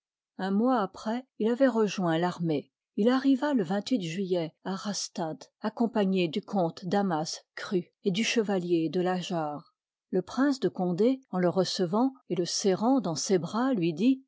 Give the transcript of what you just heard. un mois après il a voit rejoint l'armée il arriva le juillet à rastadt accompagné du comte damas crux i et du chevalier de lageard le prince de condé en le recevant et le serrant dans ses bras lui dit